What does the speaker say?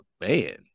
man